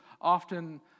often